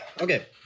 okay